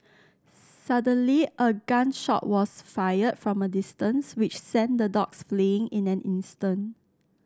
suddenly a gun shot was fired from a distance which sent the dogs fleeing in an instant